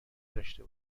داشته